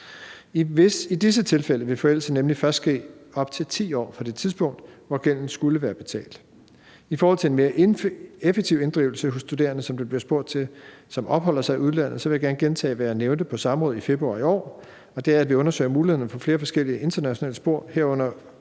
I disse tilfælde vil forældelse nemlig først ske op til 10 år fra det tidspunkt, hvor gælden skulle være betalt. I forhold til en mere effektiv inddrivelse hos studerende, der opholder sig i udlandet, som der bliver spurgt til, vil jeg gerne gentage, hvad jeg nævnte på samrådet i februar i år, og det er, at vi undersøger mulighederne for flere forskellige internationale spor, herunder